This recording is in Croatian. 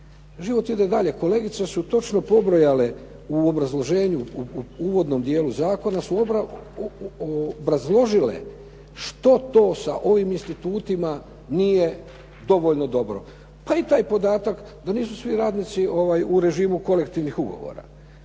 Život ide dalje. Kolegice su točno pobrojale u obrazloženju, u uvodnom dijelu zakona su obrazložile što to sa ovim institutima nije dovoljno dobro. Pa i taj podatak da nisu svi radnici u režimu kolektivnih ugovora,